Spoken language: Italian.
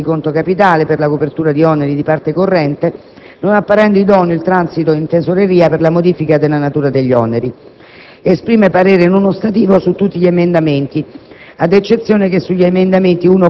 sia per quanto attiene all'impiego di risorse di conto capitale sia per la copertura di oneri di parte corrente, non apparendo idoneo il transito in tesoreria per la modifica della natura degli oneri. Esprime parere non ostativo su tutti gli emendamenti,